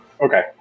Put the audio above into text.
Okay